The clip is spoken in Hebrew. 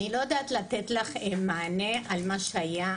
אני לא יודעת לתת לך מענה על מה שהיה.